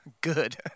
Good